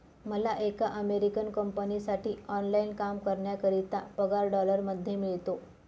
मला एका अमेरिकन कंपनीसाठी ऑनलाइन काम करण्याकरिता पगार डॉलर मध्ये मिळतो